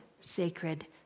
sacred